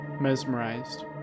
mesmerized